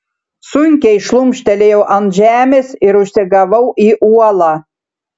sunkiai šlumštelėjau ant žemės ir užsigavau į uolą